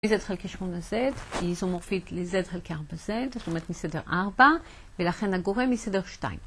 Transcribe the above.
ל-z חלקי 8 ל-z היא איזומורפיד ל-z חלקי 4z, זאת אומרת מסדר 4, ולכן הגורם מסדר 2.